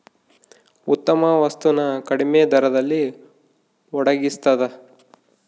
ಉತ್ತಮ ವಸ್ತು ನ ಕಡಿಮೆ ದರದಲ್ಲಿ ಒಡಗಿಸ್ತಾದ